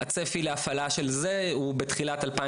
הצפי להפעלה של זה הוא בתחילת 2023,